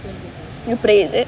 nobody is it